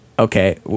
Okay